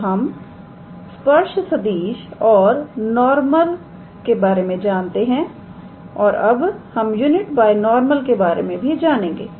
तो हम स्पर्श सदिश और नॉर्मल जानते हैं और अब हम यूनिट बाय नॉर्मल के बारे में भी जानेंगे